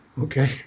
Okay